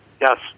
Yes